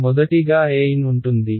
కాబట్టి మొదటిగా an ఉంటుంది